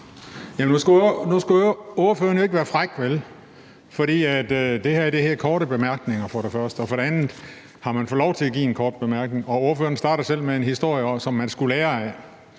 Nu skal ordføreren ikke være fræk, vel? For det første hedder det korte bemærkninger. Og for det andet har man lov til at komme med en bemærkning. Ordføreren starter selv med en historie, som man skulle lære af,